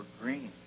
green